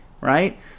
right